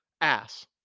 Ass